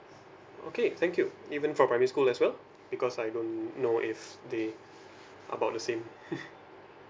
okay thank you even for primary school as well because I don't know if they about the same